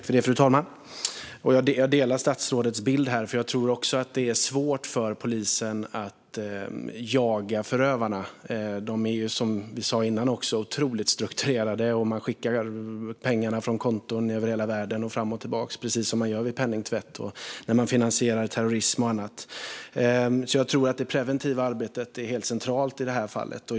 Fru talman! Jag delar statsrådets bild, för också jag tror att det är svårt för polisen att jaga förövarna. De är, som vi sa tidigare, otroligt strukturerade. De skickar pengarna från konton över hela världen fram och tillbaka, precis som man gör vid penningtvätt och när man finansierar terrorism och annat. Jag tror att det preventiva arbetet är helt centralt i det här fallet.